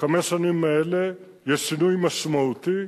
בחמש השנים האלה יש שינוי משמעותי.